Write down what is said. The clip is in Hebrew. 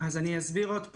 אני אסביר עוד פעם.